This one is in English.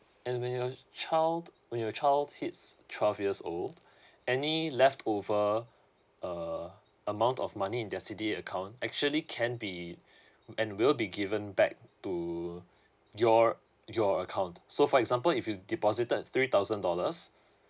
and when your child when your child hits twelve years old any left over uh amount of money in their C_D_A account actually can be and will be given back to your your account so for example if you deposited three thousand dollars